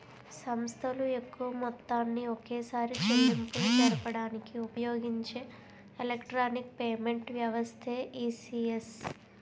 సంస్థలు ఎక్కువ మొత్తాన్ని ఒకేసారి చెల్లింపులు జరపడానికి ఉపయోగించే ఎలక్ట్రానిక్ పేమెంట్ వ్యవస్థే ఈ.సి.ఎస్